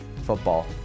football